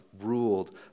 ruled